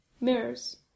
Mirrors